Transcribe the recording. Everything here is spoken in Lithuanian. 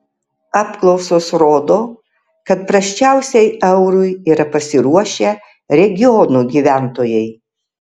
apklausos rodo kad prasčiausiai eurui yra pasiruošę regionų gyventojai